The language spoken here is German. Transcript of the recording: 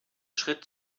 schritt